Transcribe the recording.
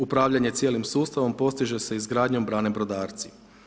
Upravljanje cijelim sustavom postiže se izgradnjom brane Brodarci.